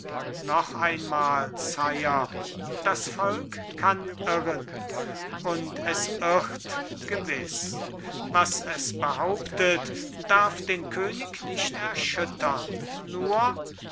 noch einmal sire das volk kann irren und es irrt gewiß was es behauptet darf den könig nicht erschüttern nur